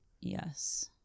Yes